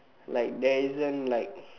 like there isn't like